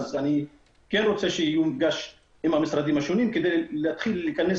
אני רוצה שיהיה מפגש עם המשרדים השונים כדי להתחיל להיכנס